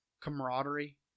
camaraderie